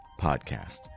podcast